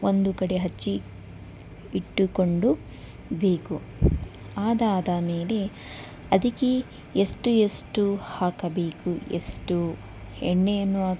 ಒಂದು ಕಡೆ ಹೆಚ್ಚಿ ಇಟ್ಟುಕೊಂಡು ಬೇಕು ಅದಾದ ಮೇಲೆ ಅದಕ್ಕೆ ಎಷ್ಟು ಎಷ್ಟು ಹಾಕಬೇಕು ಎಷ್ಟು ಎಣ್ಣೆಯನ್ನು ಹಾಕ